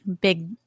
Big